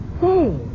Say